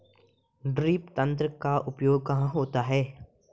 Drip तंत्र का उपयोग कहाँ होता है?